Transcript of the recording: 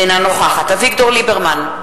אינה נוכחת אביגדור ליברמן,